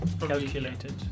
calculated